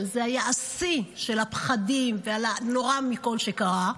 שהיה השיא של הפחדים והנורא מכול שקרה,